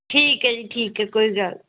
ਠੀਕ ਹੈ ਜੀ ਠੀਕ ਹੈ ਕੋਈ ਗੱਲ